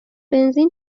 بنزین